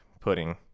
pudding